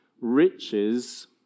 riches